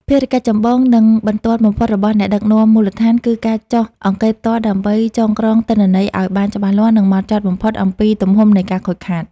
ភារកិច្ចចម្បង និងបន្ទាន់បំផុតរបស់អ្នកដឹកនាំមូលដ្ឋាន គឺការចុះអង្កេតផ្ទាល់ដើម្បី ចងក្រងទិន្នន័យឱ្យបានច្បាស់លាស់ និងហ្មត់ចត់បំផុតអំពីទំហំនៃការខូចខាត។